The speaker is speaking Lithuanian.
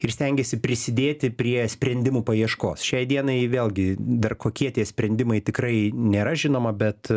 ir stengiasi prisidėti prie sprendimų paieškos šiai dienai vėlgi dar kokie tie sprendimai tikrai nėra žinoma bet